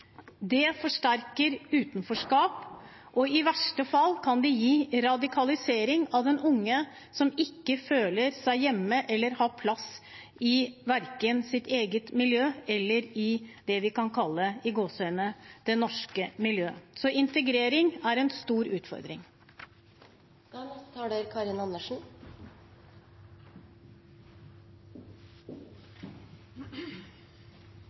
Det forsterker utenforskap, og i verste fall kan det gi radikalisering av de unge som ikke føler seg hjemme eller har plass verken i sitt eget miljø eller i det vi kan kalle «det norske miljøet». Så integrering er en stor utfordring. Jeg er